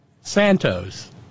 Santos